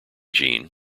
gene